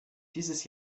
dieses